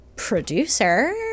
producer